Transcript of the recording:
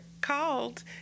called